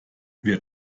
wird